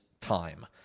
time